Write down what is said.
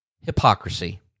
Hypocrisy